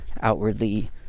outwardly